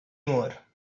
more